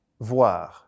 Voir